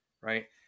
Right